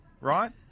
right